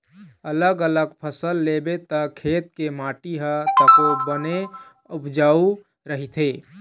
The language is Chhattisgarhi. अलग अलग फसल लेबे त खेत के माटी ह तको बने उपजऊ रहिथे